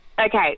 Okay